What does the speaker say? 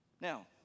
Now